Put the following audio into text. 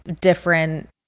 different